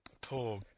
Poor